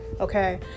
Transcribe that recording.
Okay